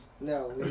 No